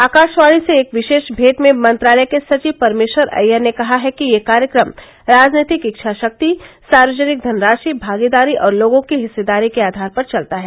आकाश्ववणी से एक विशेष भेंट में मंत्रालय के सचिव प्रमेश्वर अय्यर ने कहा है कि यह कार्यक्रम राजनीतिक इच्छा शक्ति सार्वजनिक धनराशि भागीदारी और लोगों की हिस्सेदारी के आधार पर चलता है